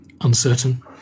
uncertain